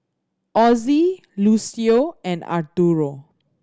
Ozzie Lucio and Arturo